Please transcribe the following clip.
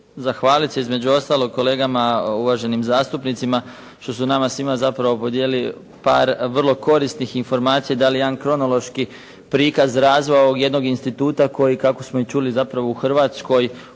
zahvaliti se između ostaloga kolegama uvaženim zastupnicima što su nama svima zapravo podijelili par jednih vrlo korisnih informacijama i dali jedan kronološki prikaz razvoja ovoga jednog instituta koji kako smo i čuli zapravo u Hrvatskoj